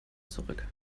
zurück